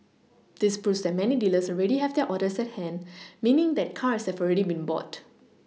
this proves that many dealers already have their orders at hand meaning that cars have already been bought